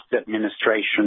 Administration